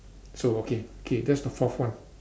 so okay K that's the fourth one